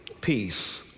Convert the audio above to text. peace